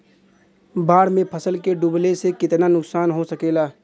बाढ़ मे फसल के डुबले से कितना नुकसान हो सकेला?